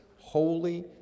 holy